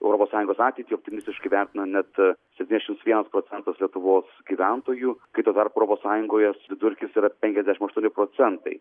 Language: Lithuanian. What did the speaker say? europos sąjungos ateitį optimistiškai vertina net septyniasdešimt vienas procentas lietuvos gyventojų kai tuo tarpu europos sąjungos vidurkis yra penkiasdešimt aštuoni procentai